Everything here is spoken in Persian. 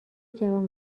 جوان